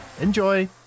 Enjoy